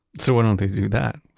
so why don't they do that?